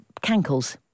cankles